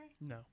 No